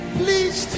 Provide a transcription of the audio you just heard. please